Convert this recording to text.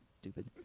stupid